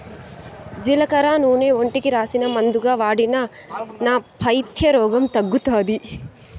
జీలకర్ర నూనె ఒంటికి రాసినా, మందుగా వాడినా నా పైత్య రోగం తగ్గుతాది